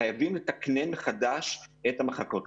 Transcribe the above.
חייבים לתקנן מחדש את המחלקות.